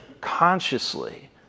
consciously